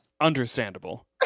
Understandable